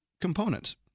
components